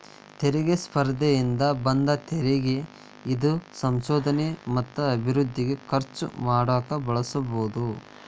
ತೆರಿಗೆ ಸ್ಪರ್ಧೆಯಿಂದ ಬಂದ ತೆರಿಗಿ ಇಂದ ಸಂಶೋಧನೆ ಮತ್ತ ಅಭಿವೃದ್ಧಿಗೆ ಖರ್ಚು ಮಾಡಕ ಬಳಸಬೋದ್